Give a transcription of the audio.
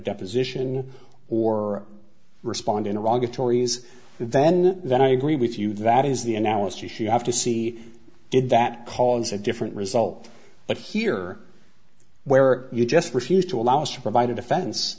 deposition or respond in a raga tori's then that i agree with you that is the analysis you have to see did that cause a different result but here where you just refuse to allow us to provide a defense